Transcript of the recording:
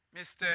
Mr